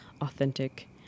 authentic